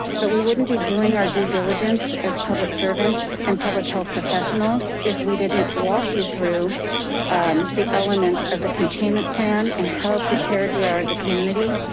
but we wouldn't be doing our due diligence as public servants and public health professionals. if we didn't walk you through the elements of the containment plan and how prepared we are as a community,